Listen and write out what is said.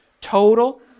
total